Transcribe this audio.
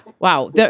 Wow